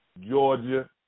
Georgia